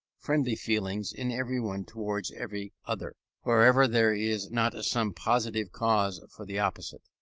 friendly feeling in every one towards every other, wherever there is not some positive cause for the opposite.